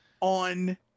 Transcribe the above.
on